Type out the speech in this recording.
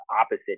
opposite